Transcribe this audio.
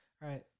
right